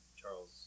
Charles